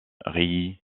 reilly